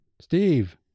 Steve